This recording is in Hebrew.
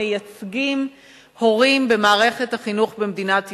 מייצגים הורים במערכת החינוך במדינת ישראל.